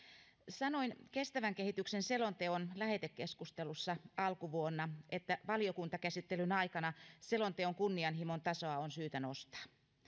sanoin kestävän kehityksen selonteon lähetekeskustelussa alkuvuonna että valiokuntakäsittelyn aikana selonteon kunnianhimon tasoa on syytä nostaa